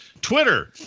Twitter